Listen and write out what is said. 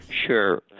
Sure